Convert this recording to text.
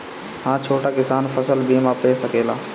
हा छोटा किसान फसल बीमा पा सकेला?